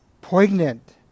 poignant